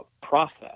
process